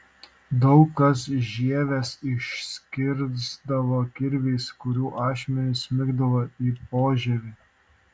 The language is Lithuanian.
daug kas žievės išsikirsdavo kirviais kurių ašmenys smigdavo ir į požievį